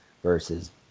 Versus